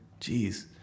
Jeez